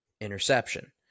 interception